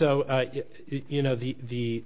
o you know the the